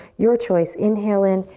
your choice, inhale in,